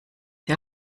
der